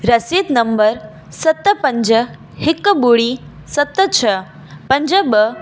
रसीदु number सत पंज हिक ॿुड़ी सत छ पंज ॿ